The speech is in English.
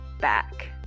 back